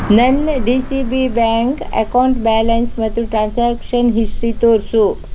ನನ್ನ D C B bank account balance ಮತ್ತು transaction history ತೋರಿಸು